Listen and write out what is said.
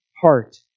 heart